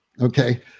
Okay